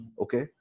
Okay